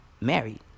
married